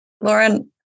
Lauren